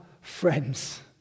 friends